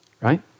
Right